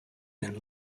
been